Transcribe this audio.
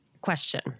Question